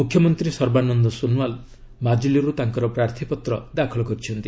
ମ୍ରଖ୍ୟମନ୍ତ୍ରୀ ସର୍ବାନନ୍ଦ ସୋନୱାଲ୍ ମାକ୍କୁଲୀରୁ ତାଙ୍କର ପ୍ରାର୍ଥୀପତ୍ର ଦାଖଲ କରିଛନ୍ତି